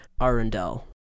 Arundel